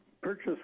purchase